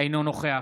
אינו נוכח